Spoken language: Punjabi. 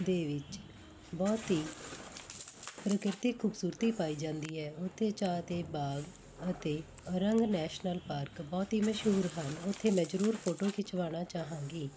ਦੇ ਵਿੱਚ ਬਹੁਤ ਹੀ ਪ੍ਰਕਿਰਤਿਕ ਖੂਬਸੂਰਤੀ ਪਾਈ ਜਾਂਦੀ ਹੈ ਉੱਥੇ ਚਾਹ ਤੇ ਬਾਗ ਅਤੇ ਔਰੰਗ ਨੈਸ਼ਨਲ ਪਾਰਕ ਬਹੁਤ ਹੀ ਮਸ਼ਹੂਰ ਹਨ ਉੱਥੇ ਮੈਂ ਜ਼ਰੂਰ ਫੋਟੋ ਖਿਚਵਾਉਣਾ ਚਾਹਾਂਗੀ